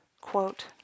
quote